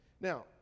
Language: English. Now